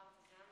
גברתי השרה,